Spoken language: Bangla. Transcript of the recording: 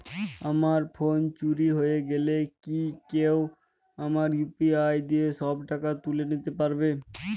আমার ফোন চুরি হয়ে গেলে কি কেউ আমার ইউ.পি.আই দিয়ে সব টাকা তুলে নিতে পারবে?